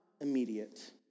immediate